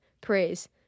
praise